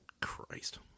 Christ